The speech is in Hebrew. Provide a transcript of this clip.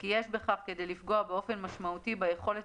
וכי יש בכך כדי לפגוע באופן משמעותי ביכולת